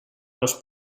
los